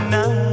now